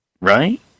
Right